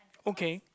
okay